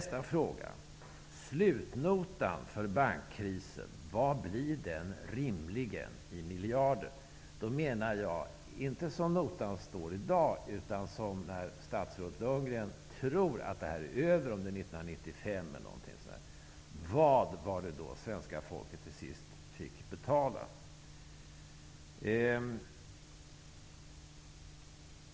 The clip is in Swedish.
5.Vad blir slutnotan för bankkrisen, räknat i miljarder? Jag menar inte hur det ser ut i dag utan hur det kommer att se ut när statsrådet Lundgren tror att det här är över -- kanske 1995. Vad får det svenska folket till sist betala?